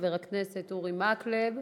חבר הכנסת אורי מקלב,